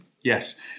yes